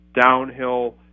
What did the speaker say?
downhill